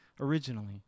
originally